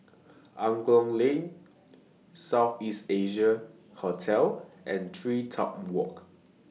Angklong Lane South East Asia Hotel and TreeTop Walk